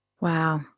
Wow